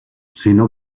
sino